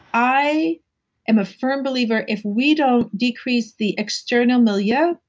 i am a firm believer, if we don't decrease the external milia,